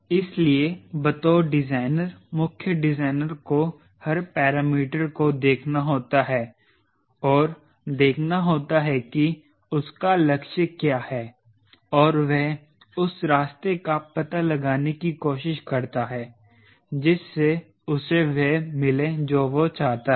इसलिए बतौर डिजाइनर मुख्य डिजाइनर को हर पैरामीटर को देखना होता है और देखना होता है कि उसका लक्ष्य क्या है और वह उस रास्ते का पता लगाने की कोशिश करता है जिससे उसे वह मिले जो वो चाहता है